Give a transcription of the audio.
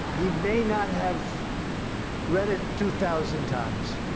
he may not have read it two thousand times.